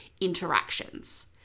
interactions